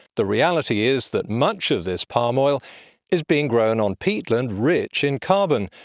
the reality is that much of this palm oil is being grown on peatland rich in carbon,